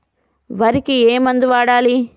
వరికి ఏ మందు వాడాలి?